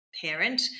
parent